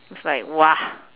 it's like !wah!